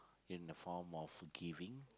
in the form of giving